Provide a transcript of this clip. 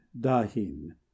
dahin